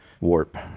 Warp